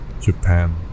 Japan